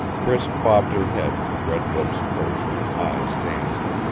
priss bobbed her head, red lips pursed, eyes dancing.